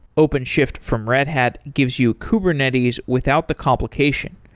openshift from red hat gives you kubernetes without the complication.